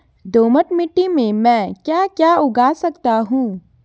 दोमट मिट्टी में म ैं क्या क्या उगा सकता हूँ?